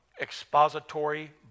expository